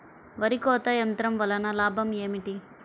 వరి కోత యంత్రం వలన లాభం ఏమిటి?